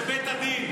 זה בית הדין.